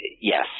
yes